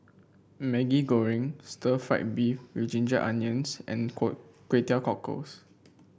Maggi Goreng Stir Fried Beef with Ginger Onions and Kway Teow Cockles